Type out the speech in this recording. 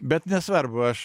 bet nesvarbu aš